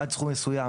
עד סכום מסוים,